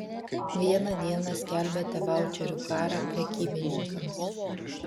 vieną dieną skelbiate vaučerių karą prekybininkams